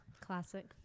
classic